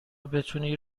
بتونی